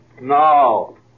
No